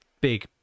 big